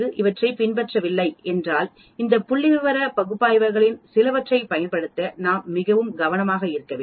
இவற்றை பின்பற்றவில்லை என்றால் இந்த புள்ளிவிவர பகுப்பாய்வுகளில் சிலவற்றைப் பயன்படுத்த நாம் மிகவும் கவனமாக இருக்க வேண்டும்